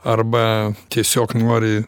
arba tiesiog nori